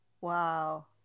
Wow